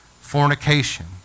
Fornication